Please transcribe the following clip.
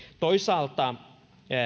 toisaalta